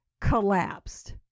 collapsed